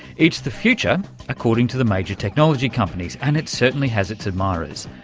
it's the future according to the major technology companies and it certainly has its admirers,